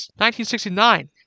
1969